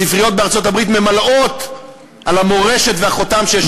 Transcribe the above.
הספריות בארצות-הברית מלאות על המורשת והחותם שהשאיר לינקולן.